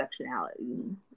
intersectionality